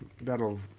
That'll